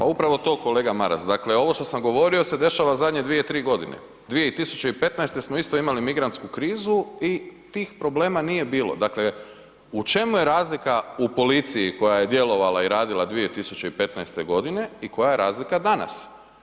Pa upravo to, kolega Maras, dakle ovo što sam govorio se dešava zadnje 2, 3 g. 2015. smo isto imali migrantsku krizu i tih problema nije bilo, dakle u čemu je razlika u policiji koja je djelovala i radila 2015. g. i koja je razlika danas?